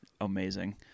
amazing